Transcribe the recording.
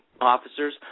officers